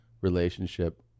relationship